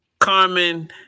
Carmen